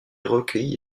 recueillie